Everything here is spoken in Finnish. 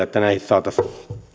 että näihin saataisiin